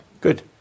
good